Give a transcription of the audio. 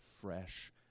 fresh